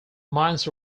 mines